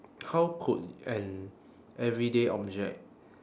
how could an everyday object